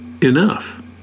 enough